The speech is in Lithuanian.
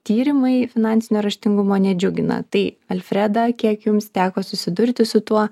tyrimai finansinio raštingumo nedžiugina tai alfreda kiek jums teko susidurti su tuo